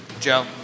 Joe